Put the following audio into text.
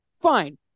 fine